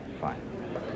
Fine